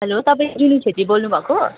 hello तपाईँ जुनु क्षेत्री बोल्नु भएको